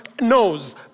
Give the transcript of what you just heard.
knows